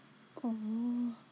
oh